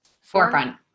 forefront